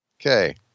Okay